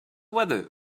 weather